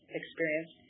experience